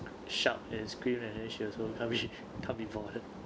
shout and scream and then she also can't be can't be bothered